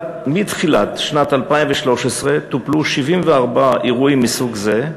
מתחילת שנת 2013 טופלו 74 אירועים מסוג זה,